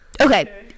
Okay